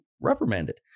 reprimanded